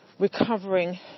recovering